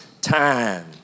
time